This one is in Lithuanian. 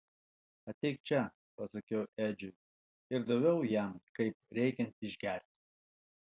ateik čia pasakiau edžiui ir daviau jam kaip reikiant išgerti